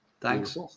Thanks